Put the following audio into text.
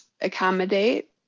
accommodate